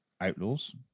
Outlaws